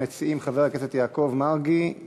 ראשון המציעים, חבר הכנסת יעקב מרגי.